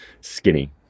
skinny